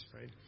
right